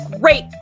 great